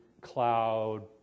cloud